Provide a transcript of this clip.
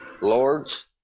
Lords